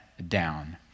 down